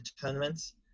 tournaments